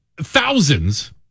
thousands